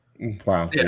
Wow